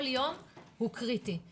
כל יום הוא קריטי.